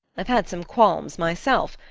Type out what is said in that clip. i've had some qualms myself.